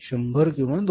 100 किंवा रु